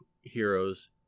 heroes